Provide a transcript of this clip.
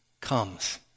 comes